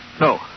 No